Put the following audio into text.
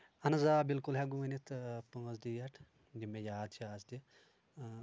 اہن حظ آ بالکُل ہٮ۪کہٕ بہٕ ؤنِتھ پانٛژھ ڈیٹ یِم مےٚ یاد چھِ آز تہِ